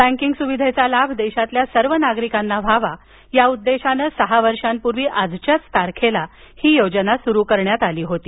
banking सुविधेचा लाभ देशातल्या सर्व नागरिकांना व्हावा या उद्देशानं सहा वर्षापूर्वी आजच्याच तारखेला ही योजना सुरू करण्यात आली होती